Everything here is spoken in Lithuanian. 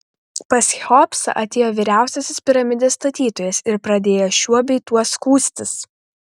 pas cheopsą atėjo vyriausiasis piramidės statytojas ir pradėjo šiuo bei tuo skųstis